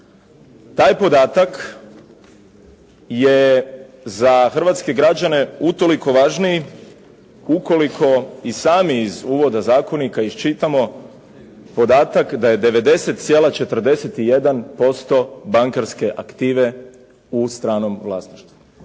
Taj podatak je za hrvatske građane utoliko važniji ukoliko i sami iz uvoda zakonika iščitamo podatak da je 90,41% bankarske aktive u stranom vlasništvu.